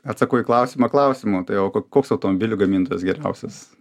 atsakau į klausimą klausimu tai o ko koks automobilių gamintojas geriausias